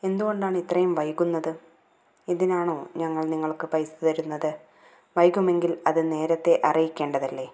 എന്തുകൊണ്ടാണ് ഇത്രയും വൈകുന്നത് ഇതിനാണോ ഞങ്ങൾ നിങ്ങൾക്ക് പൈസ തരുന്നത് വൈകുമെങ്കിൽ അത് നേരത്തെ അറിയിക്കേണ്ടതല്ലേ